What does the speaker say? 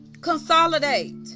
Consolidate